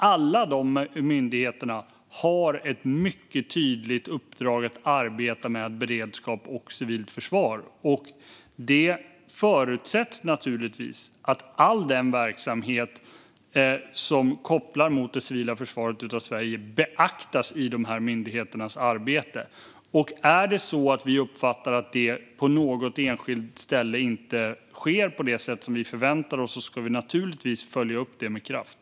Alla de myndigheterna har ett mycket tydligt uppdrag att arbeta med beredskap och civilt försvar. Det förutsätts att all verksamhet som kopplas mot det civila försvaret av Sverige beaktas i de myndigheternas arbete. Om vi uppfattar att det på något enskilt ställe inte sker på det sätt som vi förväntar oss ska vi följa upp det med kraft.